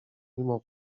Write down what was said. mimo